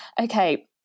Okay